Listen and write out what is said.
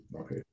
Okay